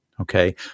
okay